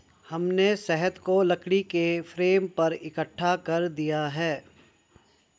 हमने शहद को लकड़ी के फ्रेम पर इकट्ठा कर दिया है